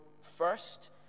first